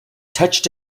touched